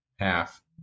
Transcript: half